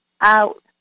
out